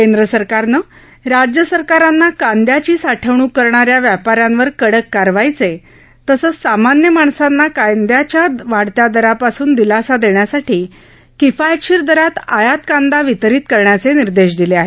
केंद्र सरकारनं राज्य सरकाराना कांदयाची साठवण्क करणा या व्यापा यांवर कडक कारवाईचे तसंच सामान्य माणसांना कांद्याच्या वाढत्या दरापासून दिलासा देण्यासाठी किफायतशीर दरात आयात कांदा वितरीत करण्याचे निर्देश दिले आहेत